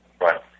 Right